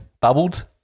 bubbled